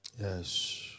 Yes